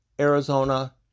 Arizona